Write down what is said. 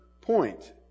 point